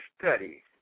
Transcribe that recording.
study